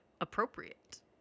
appropriate